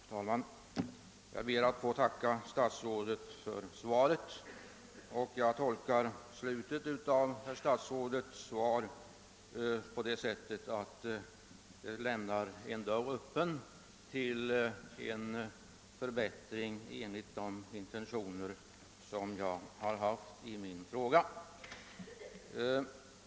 Herr talman! Jag ber att få tacka herr statsrådet för svaret. Jag tolkar slutet av detta på det sättet att det lämnar en dörr öppen till en förbättring enligt de intentioner som jag har redovisat i min fråga.